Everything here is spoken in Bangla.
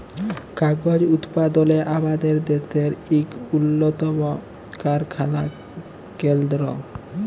কাগজ উৎপাদলে আমাদের দ্যাশের ইক উল্লতম কারখালা কেলদ্র